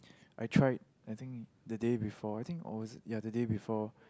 I tried I think the day before I think or was ya the day before